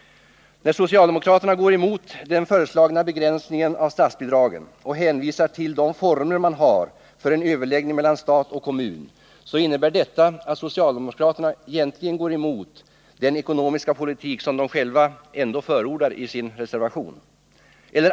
När socialdemokraterna går emot den föreslagna begränsningen av statsbidragen — och hänvisar till de former man har för en överläggning mellan stat och kommun — så innebär detta att socialdemokraterna egentligen går emot den ekonomiska politik som de själva förordar i sin reservation.